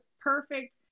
perfect